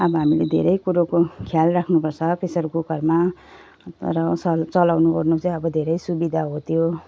अब हामीले धेरै कुरोको ख्याल राख्नुपर्छ प्रेसर कुकरमा तर चलाउनुओर्नु चाहिँ अब धेरै सुविधा हो त्यो